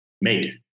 made